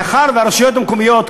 מאחר שהרשויות המקומיות,